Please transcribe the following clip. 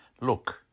Look